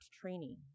training